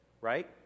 right